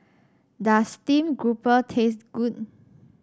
does Steamed Grouper taste good